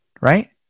right